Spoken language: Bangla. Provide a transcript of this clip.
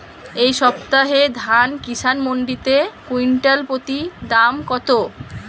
এই সপ্তাহে ধান কিষান মন্ডিতে কুইন্টাল প্রতি দাম কত?